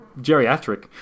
geriatric